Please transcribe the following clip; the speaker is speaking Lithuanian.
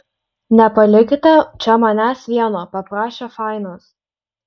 nepalikite čia manęs vieno paprašė fainas